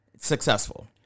successful